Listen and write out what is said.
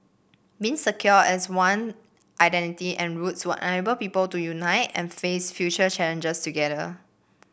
means secure as one identity and roots will enable people to unite and face future challenges together